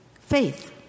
faith